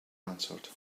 answered